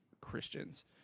Christians